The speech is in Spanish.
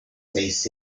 seis